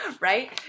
right